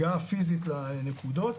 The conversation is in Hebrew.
הגעה פיזית לנקודות.